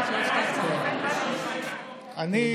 אני,